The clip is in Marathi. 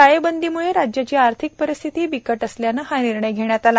टाळेबंदीमुळे राज्याची आर्थिक परिस्थिती बिकट असल्यानं हा निर्णय धेण्यात आला